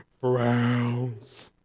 frowns